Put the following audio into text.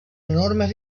enormes